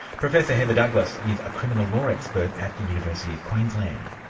professor heather douglas is a criminal law expert at the university of queensland.